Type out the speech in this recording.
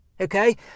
Okay